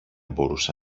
μπορούσε